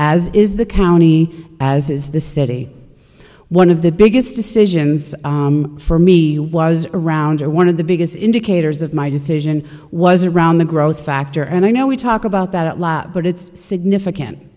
as is the county as is the city one of the biggest decisions for me was around or one of the biggest indicators of my decision was around the growth factor and i know we talk about that out loud but it's significant